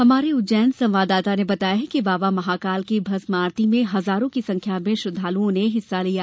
हमारे उज्जैन संवाददाता ने बताया है कि बाबा महाकाल की भस्म आरती में हजारों की संख्यां में श्रद्धालुओं ने हिस्सा लिया